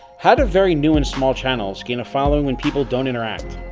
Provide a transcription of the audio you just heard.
how do very new and small channels gain a following when people don't interact?